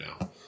now